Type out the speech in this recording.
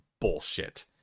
bullshit